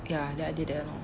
ya ya I did that [one] oh